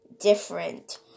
different